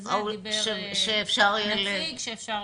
דיבר הנציג שאפשר.